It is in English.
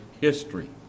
history